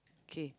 k